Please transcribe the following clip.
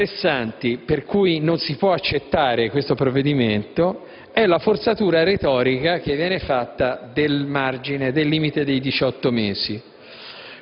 pressanti per cui non si può accettare questo provvedimento è la forzatura retorica che viene fatta del limite dei 18 mesi.